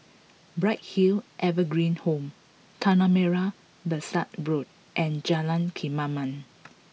Bright Hill Evergreen Home Tanah Merah Besar Road and Jalan Kemaman